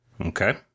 Okay